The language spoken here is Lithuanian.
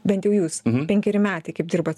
bent jau jūs penkeri metai kaip dirbat